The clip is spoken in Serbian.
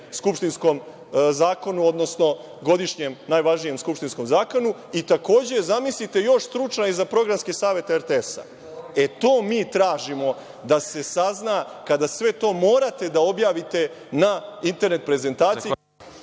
skupštinskom zakonu, odnosno godišnjem najvažnijem skupštinskom zakonu, i takođe, zamislite još, stručna je i za Programski savet RTS-a. To mi tražimo da se sazna kada sve to morate da objavite na internet prezentaciji.